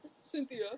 Cynthia